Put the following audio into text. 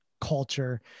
culture